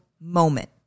moment